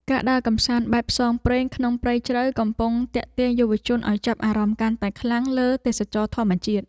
ការដើរកម្សាន្តបែបផ្សងព្រេងក្នុងព្រៃជ្រៅកំពុងទាក់ទាញយុវជនឱ្យចាប់អារម្មណ៍កាន់តែខ្លាំងលើទេសចរណ៍ធម្មជាតិ។